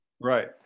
Right